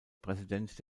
präsident